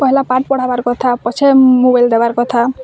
ପେହେଲା ପାଠ୍ ପଢ଼ାବାର୍ କଥା ପଛେ ମୋବାଇଲ୍ ଦେବାର କଥା